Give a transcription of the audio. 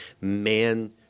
man